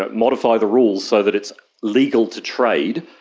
ah modify the rules so that it's legal to trade.